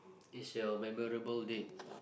it's your memorable date